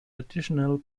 additional